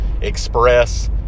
express